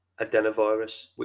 adenovirus